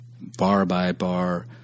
bar-by-bar